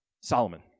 Solomon